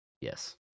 Yes